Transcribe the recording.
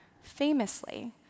Famously